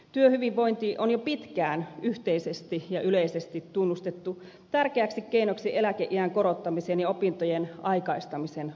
työhyvinvointi on jo pitkään yhteisesti ja yleisesti tunnustettu tärkeäksi keinoksi eläkeiän korottamisen ja opintojen aikaistamisen ohella